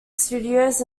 studios